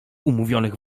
umówionych